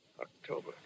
October